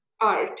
art